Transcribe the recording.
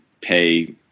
pay